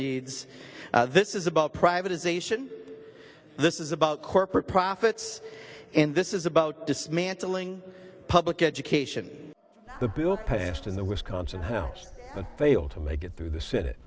needs this is about privatization this is about corporate profits and this is about dismantling public education the bill passed in the wisconsin house and failed to make it through the senate